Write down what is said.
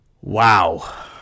wow